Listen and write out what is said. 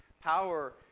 power